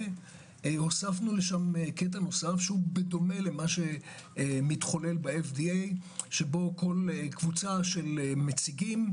והוספנו לשם קטע נוסף בדומה למה שמתחולל ב-FDA שבו כל קבוצה של נציגים,